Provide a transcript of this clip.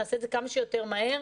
נעשה את זה כמה שיותר מהר.